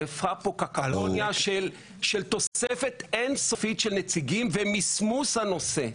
נהפכה פה קקופוניה של תוספת אין סופית של נציגים ומסמוס הנושא.